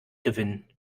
gewinnen